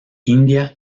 india